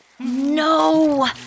No